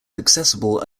accessible